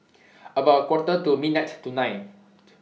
about A Quarter to midnight tonight